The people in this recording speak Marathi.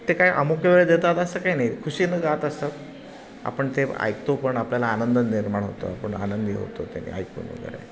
ते काय अमुक वेळ देतात असं काही नाही खुशीनं गात असतात आपण ते ऐकतो पण आपल्याला आनंद निर्माण होतो आपण आनंदी होतो त्याने ऐकून वगैरे